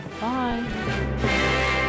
Bye